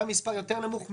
גם מספר נמוך יותר,